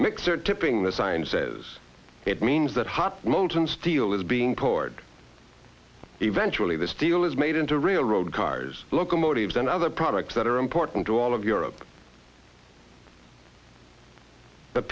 mixer tipping the sign says it means that hot molten steel is being poured eventually the steel is made into real road cars locomotives and other products that are important to all of europe the